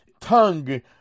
tongue